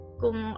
kung